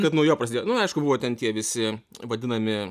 kad nuo jo prasidėjo nu aišku buvo ten tie visi vadinami